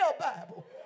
Bible